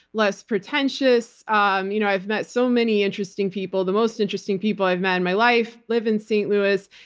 less pretentious, um you know i've met so many interesting people. the most interesting people i've met in my life live in st. louis.